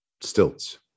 stilts